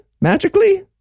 magically